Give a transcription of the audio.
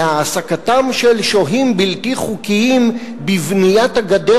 והעסקתם של שוהים בלתי חוקיים בבניית הגדר